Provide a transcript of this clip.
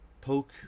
poke